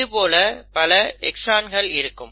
இது போல பல எக்ஸான்ஸ் இருக்கும்